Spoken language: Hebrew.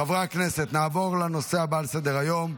חברי הכנסת, נעבור לנושא הבא שעל סדר-היום,